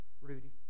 Rudy